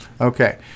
Okay